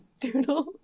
Doodle